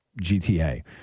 GTA